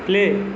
play